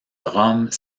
roms